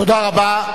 תודה רבה.